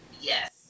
yes